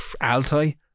Altai